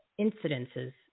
incidences